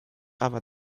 aber